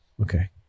Okay